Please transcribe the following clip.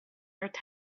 earth